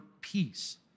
peace